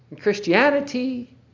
Christianity